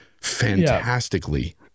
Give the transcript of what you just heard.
fantastically